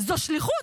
זו שליחות,